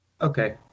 Okay